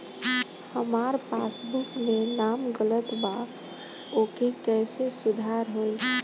हमार पासबुक मे नाम गलत बा ओके कैसे सुधार होई?